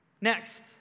Next